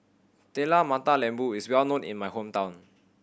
Telur Mata Lembu is well known in my hometown